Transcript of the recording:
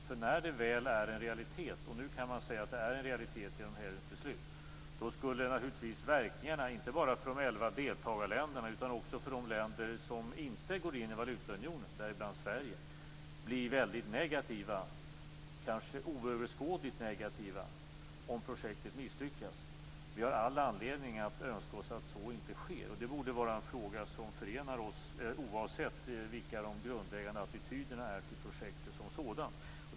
När unionen väl är en realitet - och nu kan man säga att det är en realitet genom helgens beslut - skulle verkningarna, inte bara för de elva deltagarländerna utan också för de länder som inte går in i valutaunionen, däribland Sverige, bli väldigt negativa - kanske oöverskådligt negativa - om projektet misslyckas. Vi har all anledning att önska oss att så inte sker, och det borde vara en fråga som förenar oss, oavsett vilka de grundläggande attityderna till projektet som sådant är.